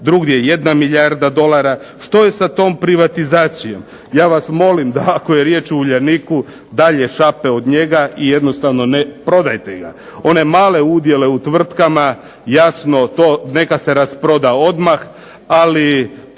drugdje jedna milijarda dolara. Što je sa tom privatizacijom? Ja vas molim da ako je riječ o Uljaniku dalje šape od njega i jednostavno ne prodajte ga. One male udjele u tvrtkama jasno to neka se rasproda odmah ali